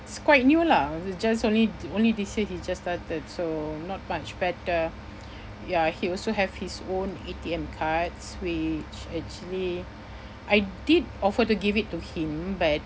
it's quite new lah just only only this year he just started so not much better ya he also have his own A_T_M cards which actually I did offer to give it to him but